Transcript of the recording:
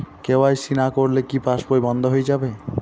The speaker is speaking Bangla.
কে.ওয়াই.সি না করলে কি পাশবই বন্ধ হয়ে যাবে?